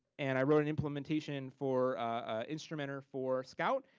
and i wrote an implementation for ah instrumenter for scout,